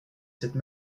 cette